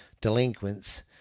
delinquents